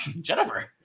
Jennifer